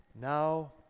now